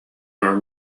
are